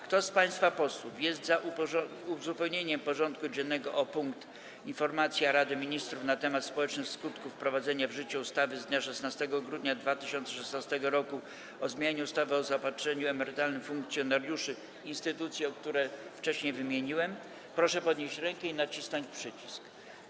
Kto z państwa posłów jest za uzupełnieniem porządku dziennego o punkt: Informacja Rady Ministrów na temat społecznych skutków wprowadzenia w życie ustawy z dnia 16 grudnia 2016 r. o zmianie ustawy o zaopatrzeniu emerytalnym funkcjonariuszy instytucji, które wcześniej wymieniłem, proszę podnieść rękę i nacisnąć przycisk.